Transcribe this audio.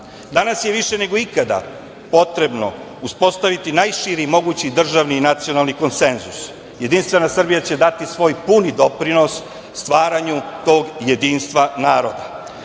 je više nego ikada potrebno uspostaviti najširi mogući državni i nacionalni konsenzus. Jedinstvena Srbija će dati svoj puni doprinos stvaranju tog jedinstva naroda.